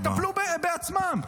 שיטפלו בעצמם.